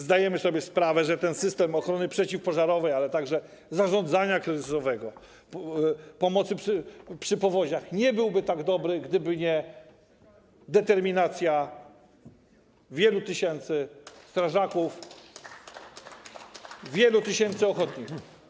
Zdajemy sobie sprawę, że ten system ochrony przeciwpożarowej, ale także zarządzania kryzysowego, pomocy przy powodziach nie byłby tak dobry, gdyby nie determinacja wielu tysięcy strażaków, wielu tysięcy ochotników.